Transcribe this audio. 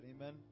amen